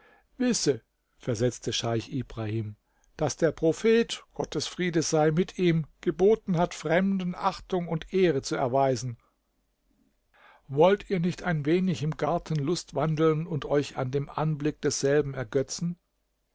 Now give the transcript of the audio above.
wisse versetzte scheich ibrahim daß der prophet gottes friede sei mit ihm geboten hat fremden achtung und ehre zu erweisen wollt ihr nicht ein wenig im garten lustwandeln und euch an dem anblick desselben ergötzen